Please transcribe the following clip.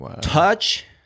touch